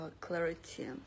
clarity